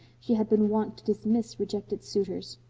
she had been wont to dismiss rejected suitors?